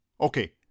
okay